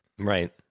Right